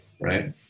right